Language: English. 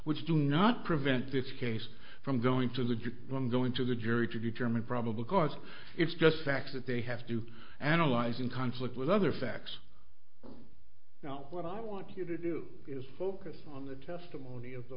which do not prevent this case from going to the jury when going to the jury to determine probable cause it's just facts that they have to analyze in conflict with other facts now what i want you to do is focus on the testimony of the